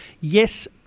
yes